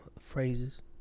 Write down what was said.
phrases